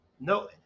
no